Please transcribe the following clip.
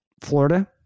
Florida